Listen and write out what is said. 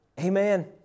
Amen